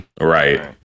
Right